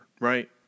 right